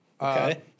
Okay